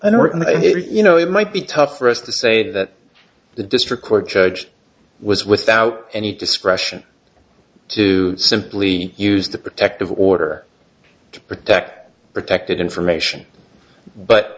the you know it might be tough for us to say that the district court judge was without any discretion to simply use the protective order to protect protected information but